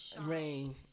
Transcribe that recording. rain